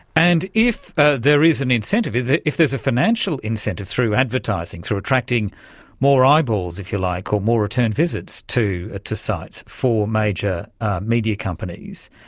and if ah there is an incentive, if if there is a financial incentive through advertising, through attracting more eyeballs, if you like, or more return visits to to sites for major media companies,